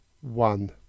one